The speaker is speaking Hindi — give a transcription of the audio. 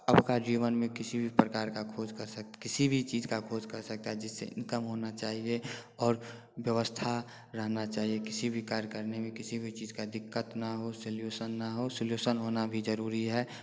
अब के जीवन में किसी भी प्रकार का खोज कर सक किसी भी चीज़ की खोज कर सकते हैं जिससे इनकम होना चाहिए और व्यवस्था रहना चाहिए किसी भी कार्य करने में किसी भी चीज़ की दिक्कत ना हो सॉल्यूशन ना हो सॉल्यूशन होना भी ज़रूरी है और